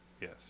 Yes